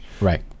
Right